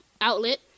outlet